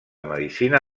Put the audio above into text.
medicina